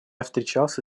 встречался